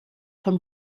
von